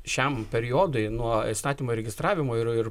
šiam periodui nuo įstatymo įregistravimo ir ir